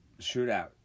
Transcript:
shootout